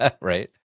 Right